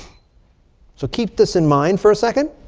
so keep this in mind for a second.